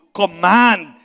command